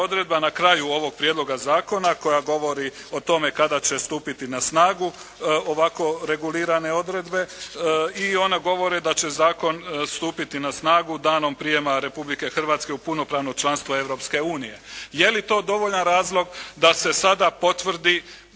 na kraju ovog prijedloga zakona koja govori o tome kada će stupiti na snagu ovako regulirane odredbe i one govore da će zakon stupiti na snagu danom prijema Republike Hrvatske u punopravno članstvo Europske unije. Je li to dovoljan razlog da se sada potvrdi